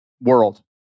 world